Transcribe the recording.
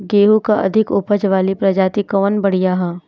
गेहूँ क अधिक ऊपज वाली प्रजाति कवन बढ़ियां ह?